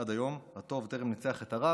עד היום הטוב טרם ניצח את הרע,